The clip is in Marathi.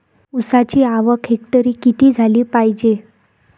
ऊसाची आवक हेक्टरी किती झाली पायजे?